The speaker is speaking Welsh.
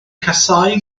casáu